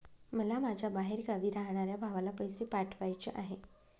मला माझ्या बाहेरगावी राहणाऱ्या भावाला पैसे पाठवायचे आहे